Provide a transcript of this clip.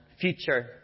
future